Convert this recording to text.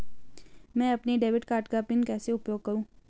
मैं अपने debit card का पिन कैसे उपयोग करूँ?